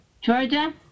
Georgia